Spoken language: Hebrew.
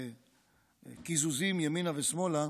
ובקיזוזים ימינה ושמאלה,